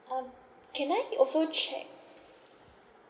um can I also check